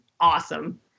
awesome